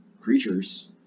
creatures